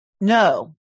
No